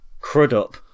Crudup